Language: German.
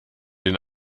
den